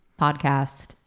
podcast